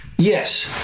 Yes